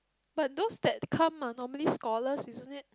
but those that come are normally scholars isn't it